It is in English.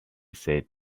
said